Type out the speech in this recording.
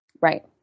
Right